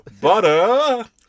Butter